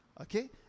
Okay